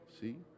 see